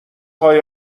های